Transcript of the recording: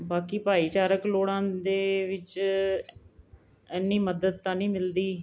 ਬਾਕੀ ਭਾਈਚਾਰਕ ਲੋੜਾਂ ਦੇ ਵਿੱਚ ਇੰਨੀ ਮਦਦ ਤਾਂ ਨਹੀਂ ਮਿਲਦੀ